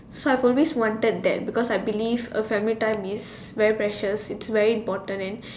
so I've always wanted that because I believe a family time is very precious it's very important and